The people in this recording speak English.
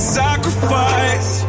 sacrifice